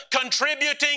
contributing